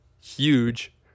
huge